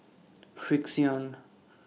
Frixion